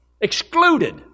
excluded